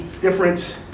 different